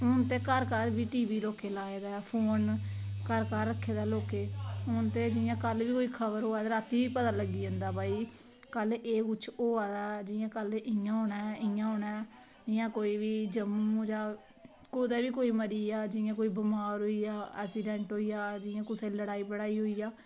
ते घर घर बी लोकें टीवी लाये दा ऐ ते फोन घर घर रक्खे दा लोकें हून की जियां कल्ल दी कई खबर होऐ रातीं पता लग्गी जंदा भई की कल्ल एह् कुछ होआ दा ऐ जां जियां कल्ल इंया होना ऐ इंया होना ऐ इयां कोई बी जम्मू जां कुदै बी कोई मरी आ कोई बमार होई जा एक्सीडेंट होई जा कुसै दी लड़ाई होई जा